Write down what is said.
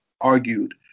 argued